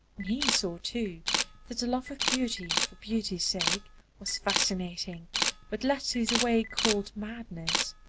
he saw too that the love of beauty for beauty's sake was fascinating but led to the way called madness.